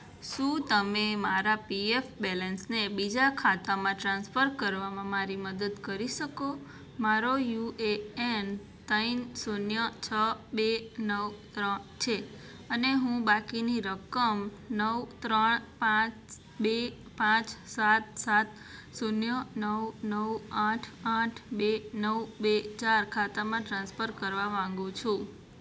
શું તમે મારા પીએફ બેલેન્સને બીજા ખાતામાં ટ્રાન્સફર કરવામાં મારી મદદ કરી શકો મારો યુએએન ત્રણ શૂન્ય છ બે નવ ત્રણ છે અને હું બાકીની રકમ નવ ત્રણ પાંચ બે પાંચ સાત સાત શૂન્ય નવ નવ આઠ આઠ બે નવ બે ચાર ખાતામાં ટ્રાન્સફર કરવા માંગુ છું